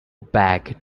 back